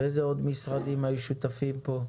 באיזה עוד משרדים היו שותפים פה?